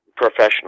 professional